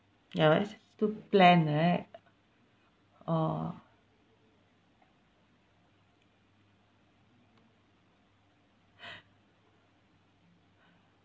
ya it's to plan right orh